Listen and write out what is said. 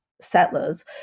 settlers